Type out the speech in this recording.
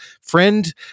friend